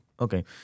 Okay